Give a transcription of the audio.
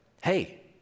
hey